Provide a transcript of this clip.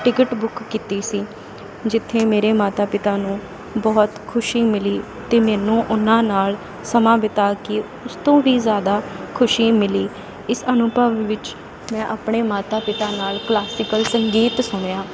ticket book ਕੀਤੀ ਸੀ ਜਿੱਥੇ ਮੇਰੇ ਮਾਤਾ ਪਿਤਾ ਨੂੰ ਬਹੁਤ ਖੁਸ਼ੀ ਮਿਲੀ ਅਤੇ ਮੈਨੂੰ ਉਹਨਾਂ ਨਾਲ ਸਮਾਂ ਬਿਤਾ ਕੇ ਉਸ ਤੋਂ ਵੀ ਜ਼ਿਆਦਾ ਖੁਸ਼ੀ ਮਿਲੀ ਇਸ ਅਨੁਭਵ ਵਿੱਚ ਮੈਂ ਆਪਣੇ ਮਾਤਾ ਪਿਤਾ ਨਾਲ ਕਲਾਸਿਕਲ ਸੰਗੀਤ ਸੁਣਿਆ